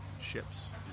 ships